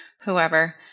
whoever